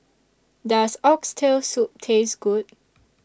Does Oxtail Soup Taste Good